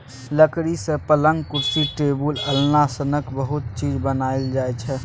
लकड़ी सँ पलँग, कुरसी, टेबुल, अलना सनक बहुत चीज बनाएल जाइ छै